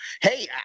Hey